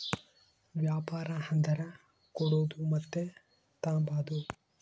ವ್ಯಾಪಾರ ಅಂದರ ಕೊಡೋದು ಮತ್ತೆ ತಾಂಬದು